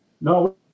No